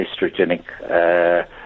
estrogenic